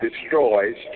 destroys